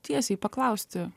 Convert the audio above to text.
tiesiai paklausti